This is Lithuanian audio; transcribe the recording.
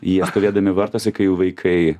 jie stovėdami vartuose kai jų vaikai